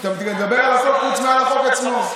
אתה מדבר על החוק חוץ מעל החוק עצמו.